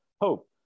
hope